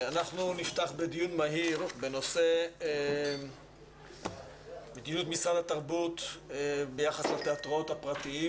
אנחנו נפתח בדיון מהיר בנושא מדיניות משרד התרבות ביחס לתיאטראות הפרטיים